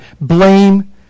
blame